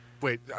Wait